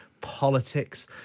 politics